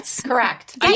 Correct